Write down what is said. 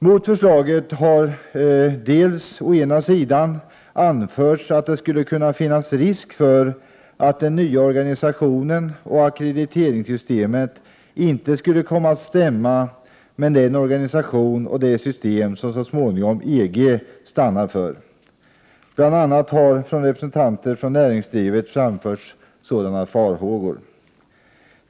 Mot förslaget har dels å ena sidan anförts att det skulle kunna finnas risk för att den nya organisationen och ackrediteringssystemet inte kommer att stämma med den organisation och det system som EG så småningom stannar för. Bl.a. har representanter för näringslivet fört fram sådana farhågor.